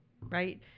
right